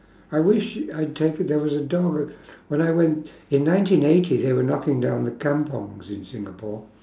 I wish you I take it there was a dog at when I went in nineteen eighty they were knocking down the kampungs in singapore